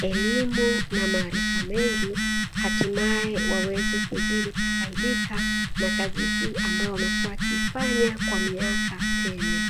elimu na maarifa mengi, hatimaye waweze kuzidi kufaidika na kazi hii ambayo wamekuwa wakifanya kwa miaka tele.